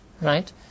right